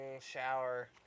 shower